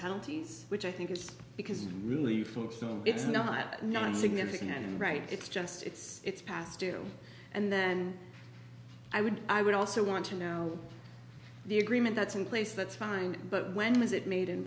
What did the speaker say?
penalties which i think it's because really folks don't it's not not significant right it's just it's it's past due and then i would i would also want to know the agreement that's in place that's fine but when was it made in